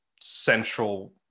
central